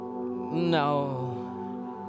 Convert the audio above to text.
no